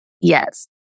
Yes